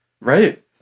Right